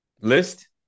list